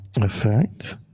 effect